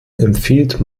empfiehlt